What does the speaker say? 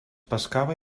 pescava